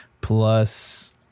plus